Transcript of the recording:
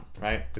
right